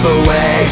away